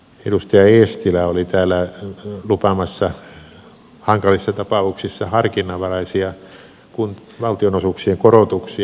edustaja eestilä oli täällä lupaamassa hankalissa tapauksissa harkinnanvaraisia valtionosuuksien korotuksia